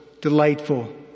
delightful